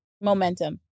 Momentum